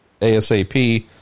ASAP